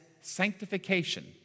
sanctification